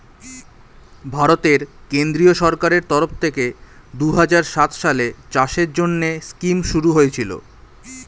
ভারতের কেন্দ্রীয় সরকারের তরফ থেকে দুহাজার সাত সালে চাষের জন্যে স্কিম শুরু হয়েছিল